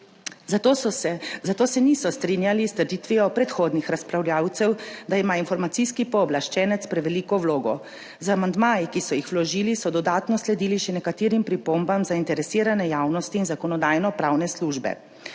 zato se niso strinjali s trditvijo predhodnih razpravljavcev, da ima informacijski pooblaščenec preveliko vlogo. Z amandmaji, ki so jih vložili, so dodatno sledili še nekaterim pripombam zainteresirane javnosti in Zakonodajno-pravne službe.